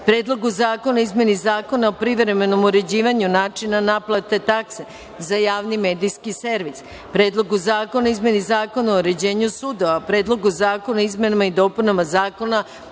Predlogu zakona o izmeni Zakona o privremenom uređivanju načina naplate takse za javni medijski servis; Predlogu zakona o izmeni Zakona o uređenju sudova; Predlogu zakona o izmenama i dopunama Zakona